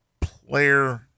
player